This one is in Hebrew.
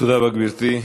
תודה רבה, גברתי.